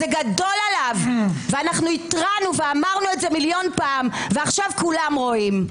זה גדול עליו והתרענו ואמרנו את זה מיליון פעם ועכשיו כולם רואים.